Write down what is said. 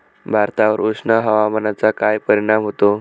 भातावर उष्ण हवामानाचा काय परिणाम होतो?